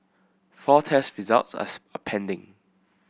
four test results are pending